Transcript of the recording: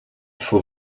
faut